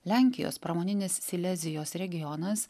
lenkijos pramoninis silezijos regionas